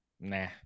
nah